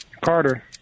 Carter